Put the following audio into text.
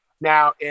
now